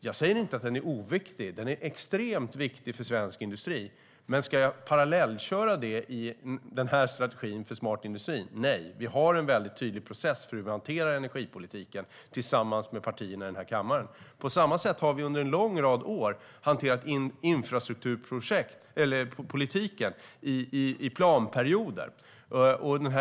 Jag säger inte att energipolitiken är oviktig - den är extremt viktig för svensk industri - men ska jag parallellköra det i denna strategi för smart industri? Nej, vi har en tydlig process för hur vi hanterar energipolitiken tillsammans med partierna i denna kammare. På samma sätt har vi under en lång rad år hanterat infrastrukturpolitiken i planperioder.